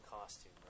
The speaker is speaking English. costume